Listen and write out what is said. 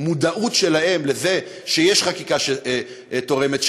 המודעות שלהם לזה שיש חקיקה שתורמת,